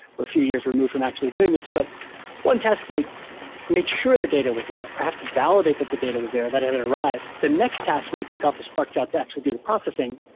we're a few years removed from actually doing this, but one task might make sure the data was there. perhaps validate that the data was there, that it had and arrived. the next task might kick off a spark job to actually do the processing.